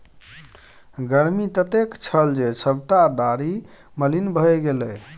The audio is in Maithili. गर्मी ततेक छल जे सभटा डारि मलिन भए गेलै